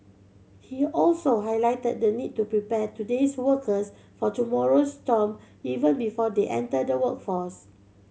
he also highlighted the need to prepare today's workers for tomorrow's storm even before they enter the workforce